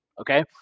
okay